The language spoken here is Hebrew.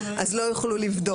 אז לא יוכלו לבדוק.